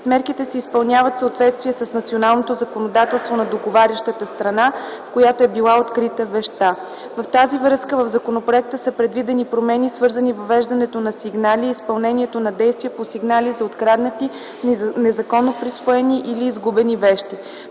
Мерките се изпълняват в съответствие с националното законодателство на договарящата страна, в която е била открита вещта. В тази връзка, в законопроекта са предвидени промени, свързани с въвеждането на сигнали и изпълнението на действия по сигнали за откраднати, незаконно присвоени или изгубени вещи.